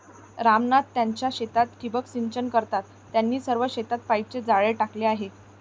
राम नाथ त्यांच्या शेतात ठिबक सिंचन करतात, त्यांनी सर्व शेतात पाईपचे जाळे टाकले आहे